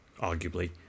arguably